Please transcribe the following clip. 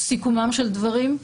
סיכומם של דברים.